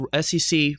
SEC